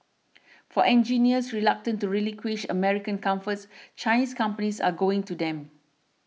for engineers reluctant to relinquish American comforts Chinese companies are going to them